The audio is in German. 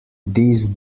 dies